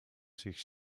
zich